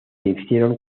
hicieron